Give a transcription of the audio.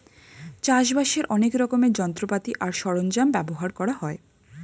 চাষবাসের অনেক রকমের যন্ত্রপাতি আর সরঞ্জাম ব্যবহার করা হয়